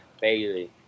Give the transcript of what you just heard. Bailey